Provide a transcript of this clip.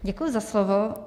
Děkuji za slovo.